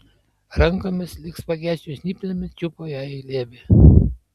rankomis lyg spagečių žnyplėmis čiupo ją į glėbį